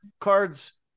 cards